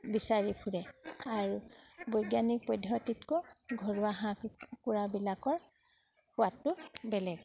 বিচাৰি ফুৰে আৰু বৈজ্ঞানিক পদ্ধতিতকৈ ঘৰুৱা হাঁহ কুকুৰাবিলাকৰ সোৱাদটো বেলেগ